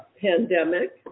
pandemic